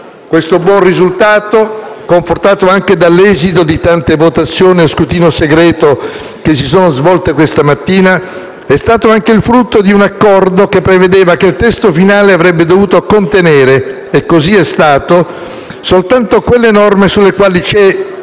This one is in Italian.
Questo buon risultato, confortato anche dall'esito di tante votazioni a scrutinio segreto svoltesi questa mattina, è stata anche il frutto di un accordo che prevedeva che il testo finale avrebbe dovuto contenere (e così è stato) soltanto quelle norme sulle quali c'era